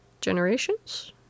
Generations